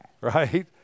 Right